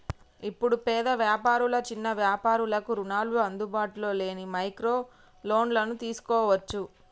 ఇప్పుడు పేద వ్యాపారులు చిన్న వ్యాపారులకు రుణాలు అందుబాటులో లేని మైక్రో లోన్లను తీసుకోవచ్చు